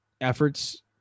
efforts